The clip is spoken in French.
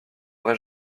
vrai